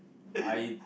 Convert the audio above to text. I